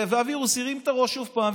והווירוס הרים את הראש שוב פעם,